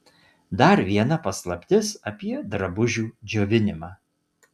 dar viena paslaptis apie drabužių džiovinimą